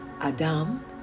Adam